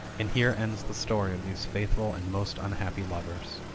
and here ends the story of these faithful and most unhappy lovers.